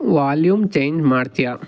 volume change ಮಾಡ್ತಿಯಾ